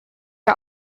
are